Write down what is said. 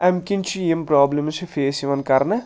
امہِ کِنۍ چھِ یِم پرابلمٕز چھِ فیس یِوان کرنہٕ